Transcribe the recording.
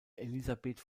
elisabeth